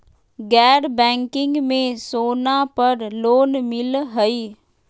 गैर बैंकिंग में सोना पर लोन मिलहई?